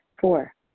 Four